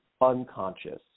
unconscious